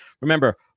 Remember